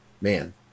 Man